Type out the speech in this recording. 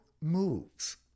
moves